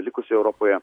likusioje europoje